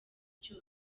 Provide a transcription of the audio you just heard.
cose